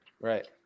Right